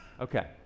Okay